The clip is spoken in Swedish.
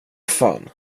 fan